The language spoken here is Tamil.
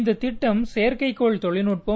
இந்த திட்டம் செயற்கைக்கோள் தொழில்நுட்பம்